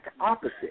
opposite